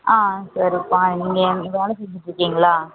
ஆ சரிப்பா நீங்கள் எங்கள் வேலை செஞ்சிட்டுருக்கீங்களா